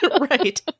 Right